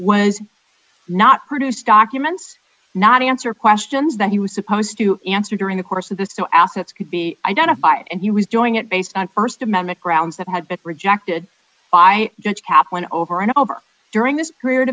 was not produce documents not answer questions that he was supposed to answer during the course of this so assets could be identified and he was doing it based on st amendment grounds that had been rejected by judge kaplan over and over during this period